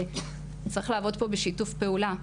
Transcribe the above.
צריך לעבוד פה בשיתוף פעולה.